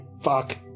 Fuck